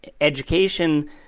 education